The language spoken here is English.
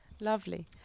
Lovely